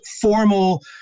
formal